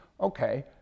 Okay